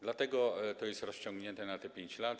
Dlatego to jest rozciągnięte na te 5 lat.